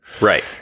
Right